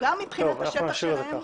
גם מבחינת השטח שלהם,